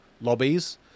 lobbies